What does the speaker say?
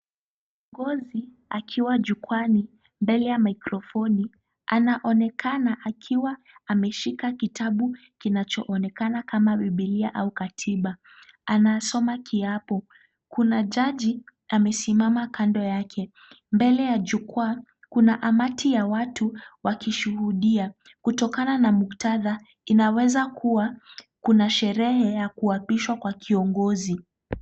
Kiongozi, akiwa jukwaani mbele ya maikrofoni , anaonekana akiwa, ameshika kitabu kinachoonekana kama biblia au katiba. Anasoma kiapo. Kuna jaji amesimama kando yake. Mbele ya jukwaa, kuna umati ya watu wakishuhudia. Kutokana na muktadha, inaweza kuwa, kuna sherehe ya kuapishwa kwa kiongozi.